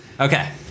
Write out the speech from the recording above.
Okay